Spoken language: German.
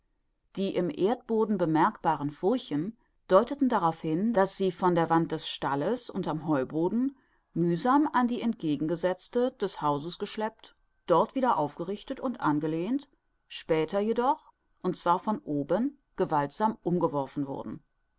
die im erdboden bemerkbaren furchen deuteten darauf hin daß sie von der wand des stalles unterm heuboden mühsam an die entgegengesetzte des hauses geschleppt dort wieder aufgerichtet und angelehnt später jedoch und zwar von oben gewaltsam umgeworfen worden